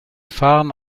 fahren